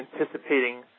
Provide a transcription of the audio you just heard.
anticipating